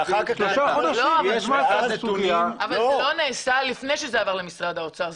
זה לא נעשה לפני שזה עבר למשרד האוצר?